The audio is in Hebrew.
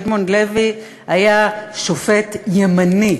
אדמונד לוי היה שופט ימני,